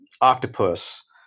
octopus